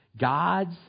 God's